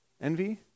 envy